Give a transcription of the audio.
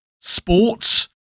sports